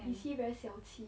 is he very 小气